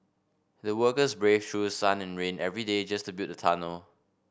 the workers braved through sun and rain every day just to build the tunnel